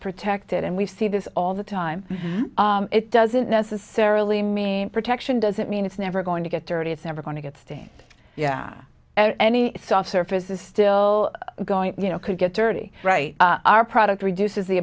protected and we see this all the time it doesn't necessarily mean protection doesn't mean it's never going to get dirty it's never going to get steam yeah any soft surface is still going you know could get dirty our product reduces the